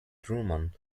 truman